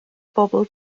bobl